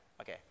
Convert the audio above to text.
Okay